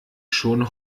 schon